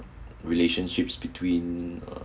relationships between uh